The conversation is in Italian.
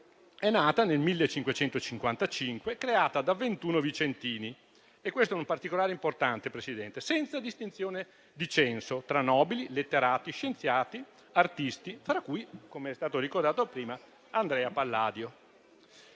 è nata nel 1555, creata da ventuno vicentini - questo è un particolare importante Presidente - senza distinzione di censo tra nobili, letterati, scienziati e artisti, fra cui, come è stato ricordato prima, Andrea Palladio.